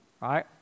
right